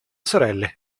sorelle